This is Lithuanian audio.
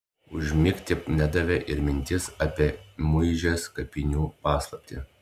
užmigti nedavė ir mintis apie muižės kapinių paslaptį